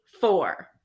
four